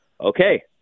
okay